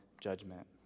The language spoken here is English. Judgment